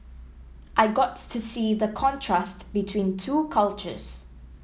I got to see the contrast between two cultures